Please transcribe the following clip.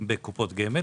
בקופות גמל